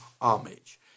homage